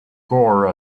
gore